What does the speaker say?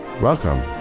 Welcome